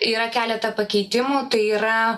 yra keleta pakeitimų tai yra